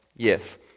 Yes